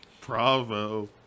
Bravo